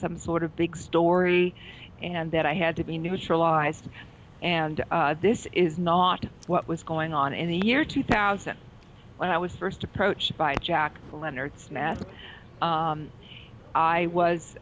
some sort of big story and that i had to be neutralized and this is not what was going on in the year two thousand when i was first approached by jack